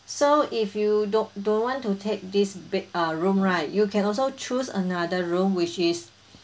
so if you don't don't want to take this big uh room right you can also choose another room which is